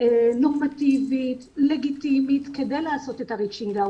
וזה לגיטימי לקבל פסיכולוג